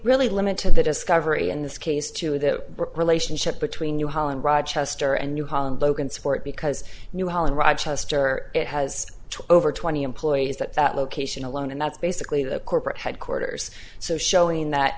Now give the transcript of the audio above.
really limited the discovery in this case to the relationship between new holland rochester and new holland logansport because new holland rochester it has two over twenty employees that that location alone and that's basically the corporate headquarters so showing that